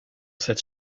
cette